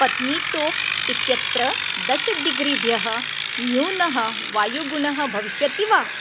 पत्नीटोक् इत्यत्र दश डिग्रीभ्यः न्यूनः वायुगुणः भविष्यति वा